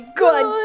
good